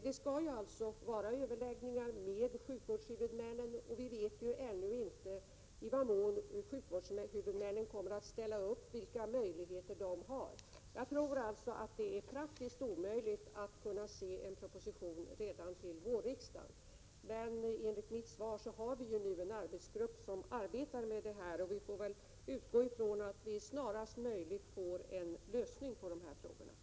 Det skall alltså vara överlägg ningar med sjukvårdshuvudmännen, och vi vet ännu inte i vad mån de kommer att ställa upp och vilka möjligheter de har. Jag tror alltså att det är praktiskt omöjligt att se en proposition redan till vårriksdagen. Men enligt mitt svar har vi en arbetsgrupp som arbetar med de här frågorna, så vi får väl utgå från att vi snarast möjligt får se en lösning på dem.